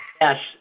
Yes